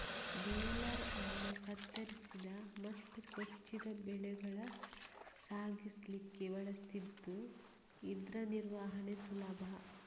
baler ಅನ್ನು ಕತ್ತರಿಸಿದ ಮತ್ತು ಕೊಚ್ಚಿದ ಬೆಳೆಗಳ ಸಾಗಿಸ್ಲಿಕ್ಕೆ ಬಳಸ್ತಿದ್ದು ಇದ್ರ ನಿರ್ವಹಣೆ ಸುಲಭ